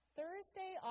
Thursday